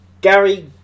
Gary